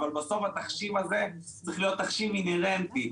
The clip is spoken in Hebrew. אבל בסוף התחשיב הזה צריך להיות תחשיב אינהרנטי,